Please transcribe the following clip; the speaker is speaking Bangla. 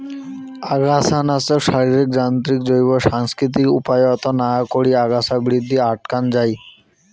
আগাছানাশক, শারীরিক, যান্ত্রিক, জৈব, সাংস্কৃতিক উপায়ত না করি আগাছা বৃদ্ধি আটকান যাই